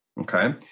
okay